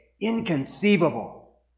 inconceivable